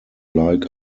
like